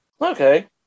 Okay